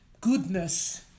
goodness